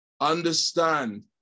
Understand